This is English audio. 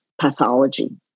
pathology